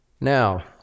Now